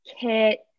Kit